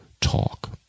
talk